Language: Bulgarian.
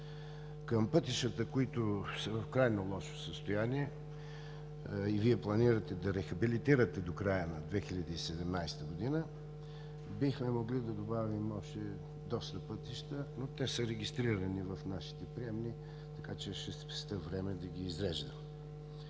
Към пътищата, които са в крайно лошо състояние, и Вие планирате да рехабилитирате до края на 2017 г., бихме могли да добавим още доста пътища, но те са регистрирани в нашите приемни, така че ще спестя време, за да ги изреждам.